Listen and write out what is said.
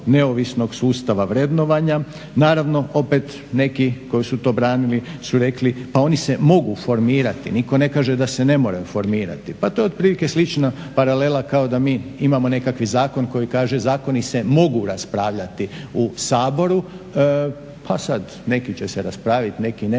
neovisnog sustava vrednovanja, naravno opet neki koji su to branili su rekli pa oni se mogu formirati. Nitko ne kaže da se ne moraju formirati, pa to je otprilike slična paralela kao da mi imamo nekakav zakon koji kaže zakoni se mogu raspravljati u Saboru pa sada neki će se raspraviti, neki